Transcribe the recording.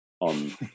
on